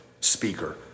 speaker